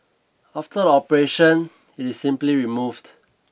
after the operation it is simply removed